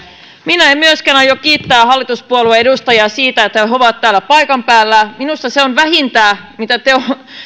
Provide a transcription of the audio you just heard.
minä en myöskään aio kiittää hallituspuolueiden edustajia siitä että he he ovat täällä paikan päällä minusta se on vähintä mitä